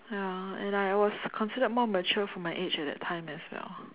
ya and I was considered more matured for my age at that time as well